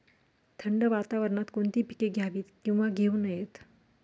थंड वातावरणात कोणती पिके घ्यावीत? किंवा घेऊ नयेत?